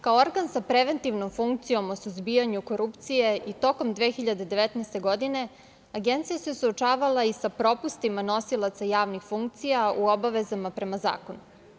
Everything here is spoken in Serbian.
Kao organ sa preventivnom funkcijom o suzbijanju korupcije i tokom 2019. godine Agencija se suočavala i sa propustima nosilaca javnih funkcija u obavezama prema zakonu.